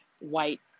white